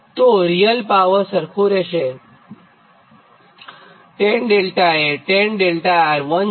તો real power સરખું રહેશે અને tan𝛿 એ 𝛿𝑅1 છે